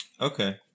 Okay